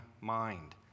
mind